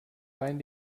wein